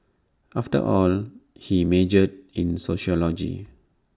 after all he majored in sociology